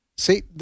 See